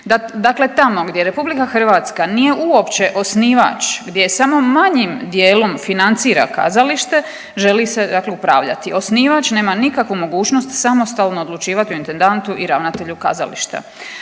Dakle, tamo gdje RH nije uopće osnivač gdje samo manjim dijelom financira kazalište želi se dakle upravljati. Osnivač nema nikakvu mogućnost samostalno odlučivati o intendantu i ravnatelju kazališta.